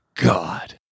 God